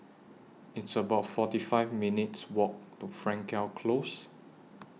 It's about forty five minutes' Walk to Frankel Close